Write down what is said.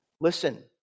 Listen